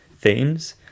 themes